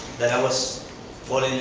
that i was falling